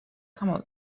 camel